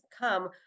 come